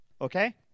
okay